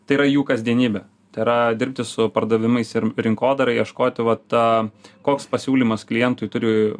tai yra jų kasdienybė tai yra dirbti su pardavimais ir rinkodara ieškoti vat koks pasiūlymas klientui turi